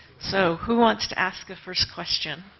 so who wants to ask the first question?